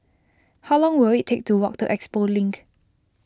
how long will it take to walk to Expo Link